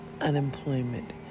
unemployment